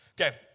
Okay